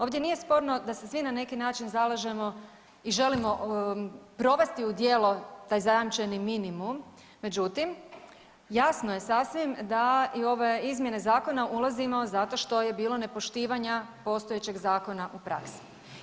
Ovdje nije sporno da se svi na neki način zalažemo i želimo provesti u djelo taj zajamčeni minimum međutim jasno je sasvim da i u ove izmjene zakona ulazimo zato što je bilo nepoštivanje postojećeg zakona u praksi.